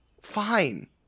fine